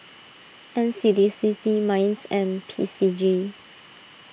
N C D C C Minds and P C G